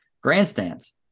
grandstands